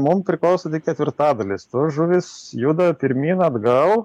mum priklauso tik ketvirtadalis tos žuvys juda pirmyn atgal